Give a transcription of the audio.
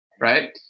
right